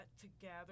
together